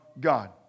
God